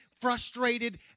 frustrated